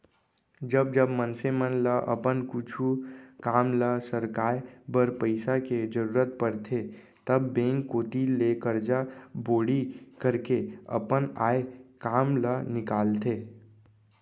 जब जब मनसे मन ल अपन कुछु काम ल सरकाय बर पइसा के जरुरत परथे तब बेंक कोती ले करजा बोड़ी करके अपन आय काम ल निकालथे